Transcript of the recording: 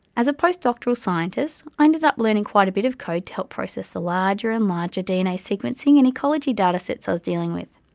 as a postdoctoral scientist i ended up learning quite a bit of code to help process the larger and larger dna sequencing and ecology datasets i was dealing with.